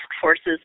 forces